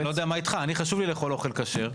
אני לא יודע מה אתך, לי חשוב לאכול אוכל כשר.